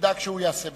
שידאג שהוא יעשה בסדר,